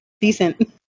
decent